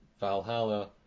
Valhalla